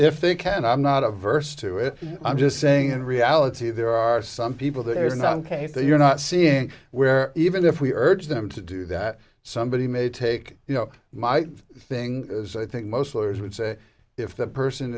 if they can i'm not averse to it i'm just saying in reality there are some people there are not ok so you're not seeing where even if we urge them to do that somebody may take you know my thing is i think most as would say if the person